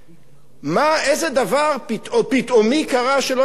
איזה דבר פתאומי קרה שלא ידענו אותו?